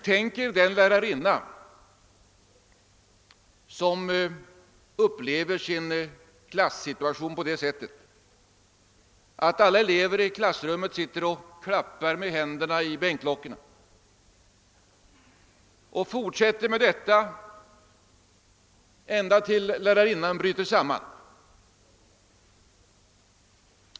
Tänk er den lärarinna som upplever sin klassituation på det sättet att alla elever i klassrummet klappar med händerna i bänklocken och fortsätter med detta ända tills lärarinnan bryter samman.